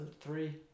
three